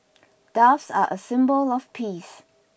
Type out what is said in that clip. doves are a symbol of peace